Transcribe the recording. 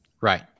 Right